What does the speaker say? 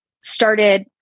started